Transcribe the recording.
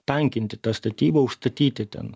tankinti tą statybą užstatyti ten